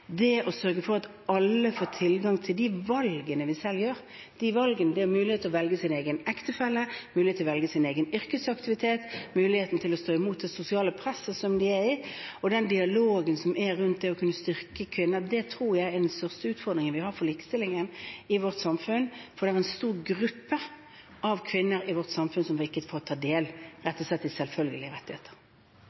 Det å sørge for at alle får tilgang til de valgene vi selv gjør – mulighet til å velge sin egen ektefelle, sin egen yrkesaktivitet, muligheten til å stå imot det sosiale presset de er i – og den dialogen som er rundt det å styrke disse kvinnene, tror jeg er den største utfordringen vi har når det gjelder likestillingen i vårt samfunn. Det er en stor gruppe av kvinner i vårt samfunn som ikke får ta del i selvfølgelige rettigheter. Det blir gitt anledning til oppfølgingsspørsmål – først Sveinung Rotevatn. Om lag halvparten av arbeidstakarane i